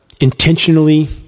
intentionally